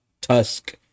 Tusk